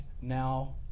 now